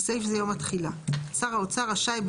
(בסעיף זה - יום התחילה); שר האוצר רשאי,